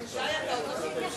שי, אתה עוד לא בממשלה.